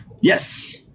Yes